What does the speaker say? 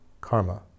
karma